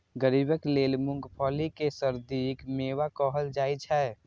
गरीबक लेल मूंगफली कें सर्दीक मेवा कहल जाइ छै